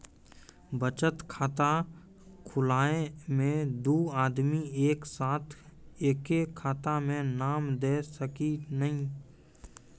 बचत खाता खुलाए मे दू आदमी एक साथ एके खाता मे नाम दे सकी नी?